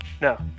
No